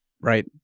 Right